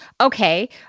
okay